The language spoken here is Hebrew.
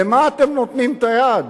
למה אתם נותנים את היד?